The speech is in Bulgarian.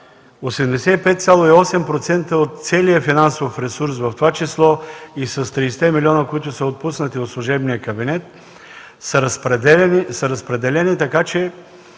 85,8% от целия финансов ресурс, в това число и с 30-те милиона, които се отпуснати от служебния кабинет, са разпределени така, че